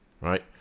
Right